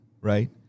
right